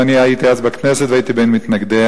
ואני הייתי אז בכנסת והייתי בין מתנגדיה.